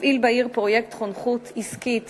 מפעיל בעיר פרויקט חונכות עסקית